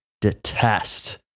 detest